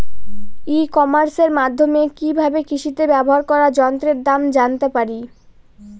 ই কমার্সের মাধ্যমে কি ভাবে কৃষিতে ব্যবহার করা যন্ত্রের দাম জানতে পারি?